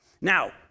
Now